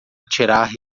tirar